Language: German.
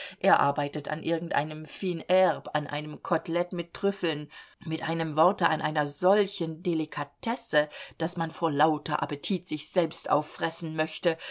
er arbeitet an irgendeinem fines herbes an einem kotelett mit trüffeln mit einem worte an einer solchen delikatesse daß man vor lauter appetit sich selbst auffressen möchte